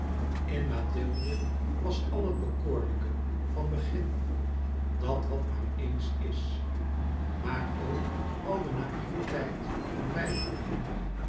in mathilde was al het bekoorlijke van begin dat wat maar ééns is maar ook al de naïveteit van